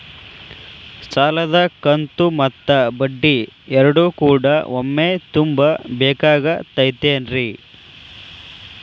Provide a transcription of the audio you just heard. ಸಾಲದ ಕಂತು ಮತ್ತ ಬಡ್ಡಿ ಎರಡು ಕೂಡ ಒಮ್ಮೆ ತುಂಬ ಬೇಕಾಗ್ ತೈತೇನ್ರಿ?